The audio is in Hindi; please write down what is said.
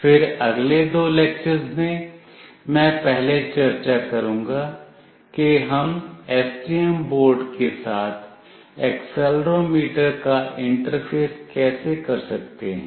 फिर अगले दो लेक्चरज़ में मैं पहले चर्चा करूँगा कि हम एसटीएम बोर्ड के साथ एक्सेलेरोमीटर का इंटरफेस कैसे कर सकते हैं